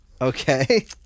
Okay